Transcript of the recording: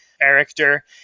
character